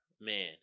Man